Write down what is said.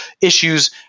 issues